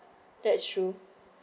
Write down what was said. that issues